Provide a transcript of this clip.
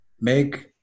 make